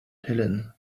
helen